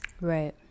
Right